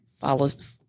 follows